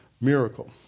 miracle